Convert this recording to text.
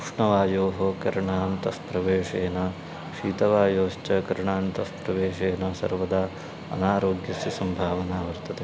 उष्णवायोः कर्णान्तः प्रवेशेन शीतवायोश्च करणान्तः प्रवेशेन सर्वदा अनारोग्यस्य सम्भावना वर्तते